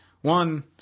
One